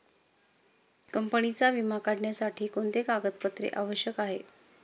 कंपनीचा विमा काढण्यासाठी कोणते कागदपत्रे आवश्यक आहे?